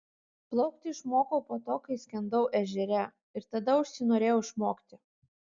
plaukti išmokau po to kai skendau ežere ir tada užsinorėjau išmokti